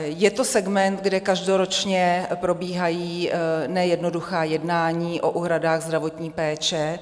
Je to segment, kde každoročně probíhají nejednoduchá jednání o úhradách zdravotní péče.